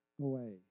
away